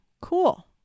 cool